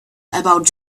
about